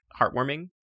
heartwarming